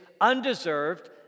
undeserved